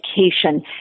education